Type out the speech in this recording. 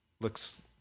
looks